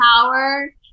power